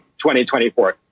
2024